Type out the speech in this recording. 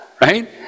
right